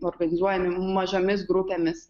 organizuojami mažomis grupėmis